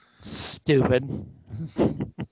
stupid